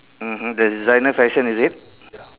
mmhmm the designer fashion is it